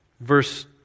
Verse